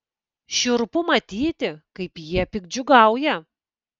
šiurpu matyti kaip jie piktdžiugiauja